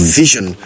vision